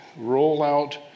rollout